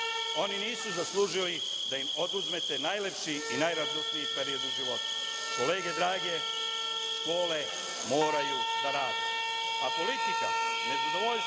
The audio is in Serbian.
Oni nisu zaslužili da im oduzmete najlepši i najradosniji period u životu. Drage kolege, škole moraju da rade,